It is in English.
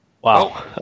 Wow